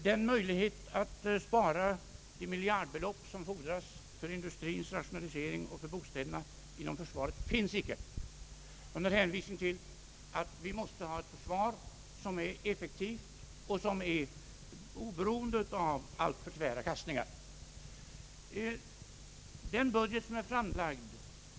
Den möjligheten att inom försvaret spara de miljardbelopp som fordras för industriens rationalisering och för bostäderna finns inte, eftersom vi måste ha ett försvar som är effektivt och som är oberoende av alltför tvära kastningar.